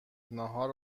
ناهار